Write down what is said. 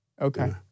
Okay